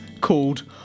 called